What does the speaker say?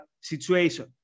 situation